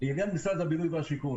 לעניין משרד הבינוי והשיכון